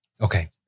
Okay